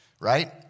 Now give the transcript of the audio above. right